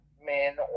men